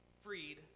freed